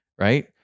right